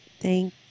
thank